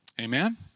Amen